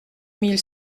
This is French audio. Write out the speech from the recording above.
mille